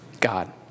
God